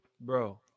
Bro